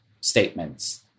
statements